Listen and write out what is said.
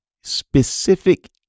specific